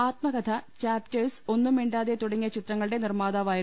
ആത്മകഥ ചാപ്റ്റേഴ്സ് ഒന്നും മിണ്ടാതെ തുടങ്ങിയ ചിത്രങ്ങളുടെ നിർമാതാവായിരുന്നു